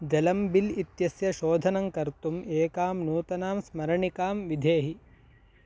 जलं बिल् इत्यस्य शोधनं कर्तुम् एकां नूतनां स्मरणिकां विधेहि